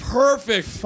perfect